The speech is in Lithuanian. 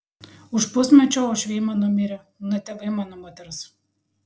už pusmečio uošviai mano mirė na tėvai mano moters